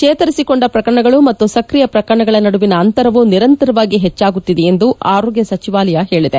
ಚೇತರಿಸಿಕೊಂಡ ಪ್ರಕರಣಗಳು ಮತ್ತು ಸಕ್ರಿಯ ಪ್ರಕರಣಗಳ ನಡುವಿನ ಅಂತರವು ನಿರಂತರವಾಗಿ ಪೆಚ್ಚಾಗುತ್ತಿವೆ ಎಂದು ಆರೋಗ್ಯ ಸಚಿವಾಲಯ ಹೇಳಿದೆ